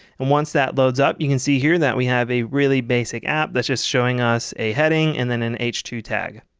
and once that loads up you can see here that we have a really basic app that's just showing us a heading and then an h two tag.